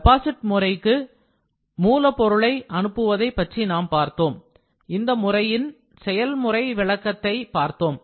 deposit முறைக்கு மூலப் பொருளை அனுப்புவதை பற்றி நாம் பார்த்தோம் இந்த முறையின் செயல்முறை விளக்கத்தை பார்த்தோம்